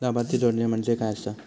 लाभार्थी जोडणे म्हणजे काय आसा?